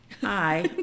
Hi